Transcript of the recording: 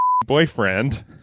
Boyfriend